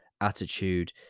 attitude